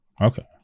okay